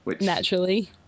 Naturally